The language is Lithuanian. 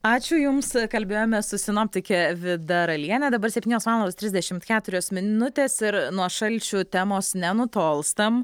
ačiū jums kalbėjomės su sinoptike vida raliene dabar septynios valandos trisdešim keturios minutės ir nuo šalčių temos nenutolstam